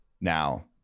Now